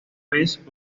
vez